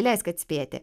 leisk atspėti